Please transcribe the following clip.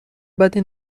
بدی